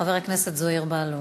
חבר הכנסת זוהיר בהלול.